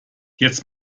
jetzt